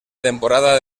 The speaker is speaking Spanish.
temporada